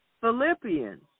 Philippians